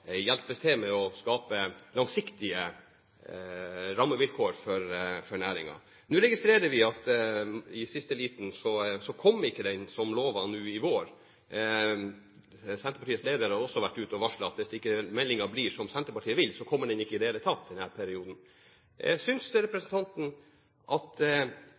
hjelpe til med å skape langsiktige rammevilkår for næringen. Nå registrerer vi at i siste liten kom ikke meldingen som lovet nå i vår. Senterpartiets leder har også vært ute og varslet at hvis ikke meldingen blir som Senterpartiet vil, kommer den ikke i det hele tatt i denne perioden. Synes representanten at det kaoset man skaper rundt forventningene, og det kaoset man skaper ved at